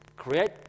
create